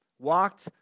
Walked